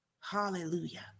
Hallelujah